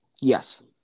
Yes